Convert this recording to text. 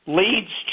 leads